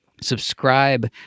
Subscribe